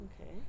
Okay